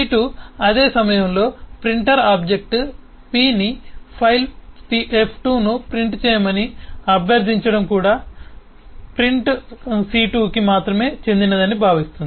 C2 అదే సమయంలో printer object p ని ఫైల్ F2 ను ప్రింట్ చేయమని అభ్యర్థించడం కూడా ప్రింట్ C2 కి మాత్రమే చెందినదని భావిస్తుంది